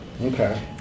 Okay